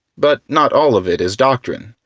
but not all of it is doctrine,